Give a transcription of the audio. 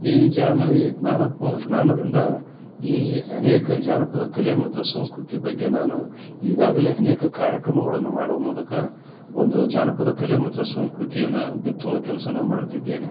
ಈ ಜಾನ ಈ ಜ್ಞಾನಪ ಜ್ಞಾನದಿಂದ ಈ ಅನೇಕ ಜಾನಪದ ಕಲೆ ಮತ್ತು ಸಂಸ್ಕೃತಿಯ ಬಗ್ಗೆ ನಾನು ಈಗಾಗಲೇ ಅನೇಕ ಕಾರ್ಯಕ್ರಮಗಳನ್ನು ಮಾಡುವ ಮೂಲಕ ಒಂದು ಜಾನಪದ ಕಲೆ ಮತ್ತು ಸಂಸ್ಕೃತಿಯನ್ನ ಬಿತ್ತುವ ಕೆಲಸನ ಮಾಡ್ತಿದ್ದೇನೆ